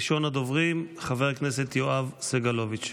ראשון הדוברים, חבר הכנסת יואב סגלוביץ'.